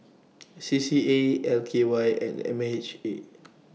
C C A L K Y and M H A